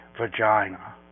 vagina